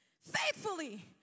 Faithfully